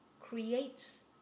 creates